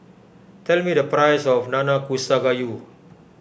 tell me the price of Nanakusa Gayu